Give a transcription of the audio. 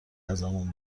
ازمون